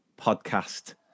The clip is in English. podcast